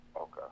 Okay